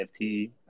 NFT